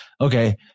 okay